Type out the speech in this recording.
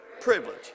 Privilege